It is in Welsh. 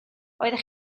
oeddech